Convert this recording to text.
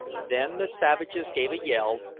then the savages gave a yell,